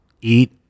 eat